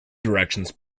directions